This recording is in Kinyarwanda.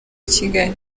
kigali